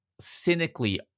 cynically